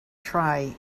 try